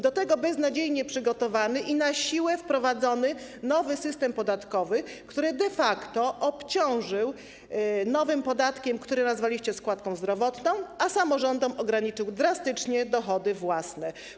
Do tego doszedł beznadziejnie przygotowany i na siłę wprowadzony nowy system podatkowy, który podatników de facto obciążył nowym podatkiem, który nazwaliście składką zdrowotną, a samorządom ograniczył drastycznie dochody własne.